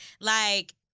like-